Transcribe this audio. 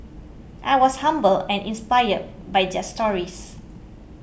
I was humbled and inspired by stories